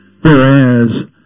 whereas